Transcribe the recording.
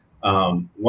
One